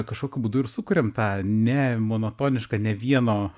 kažkokiu būdu ir sukuriam tą ne monotonišką ne vieno